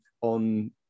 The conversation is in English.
on